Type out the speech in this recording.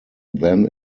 then